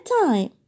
time